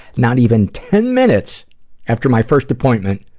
not even ten minutes after my first appointment,